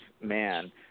man